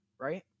right